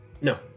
no